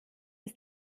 ist